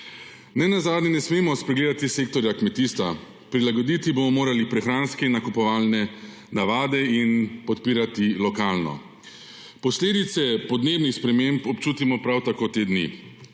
Nenazadnje ne smemo spregledati sektorja kmetijstva. Prilagoditi bomo morali prehranske in nakupovalne navade in podpirati lokalno. Posledice podnebnih sprememb občutimo prav tako te dni.